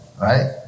Right